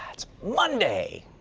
it's monday,